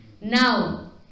Now